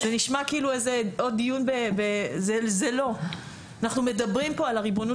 זה לא דיון בעוד איזה נושא אלא בנושא ריבונות